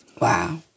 Wow